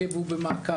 לבן אדם והוא במעקב.